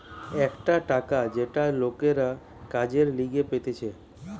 একটা টাকা যেটা লোকরা কাজের লিগে পেতেছে